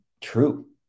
true